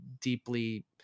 deeply